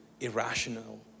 irrational